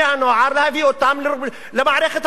להביא אותם למערכת הביטחונית,